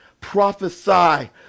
prophesy